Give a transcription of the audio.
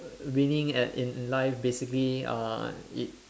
winning at in life basically uh it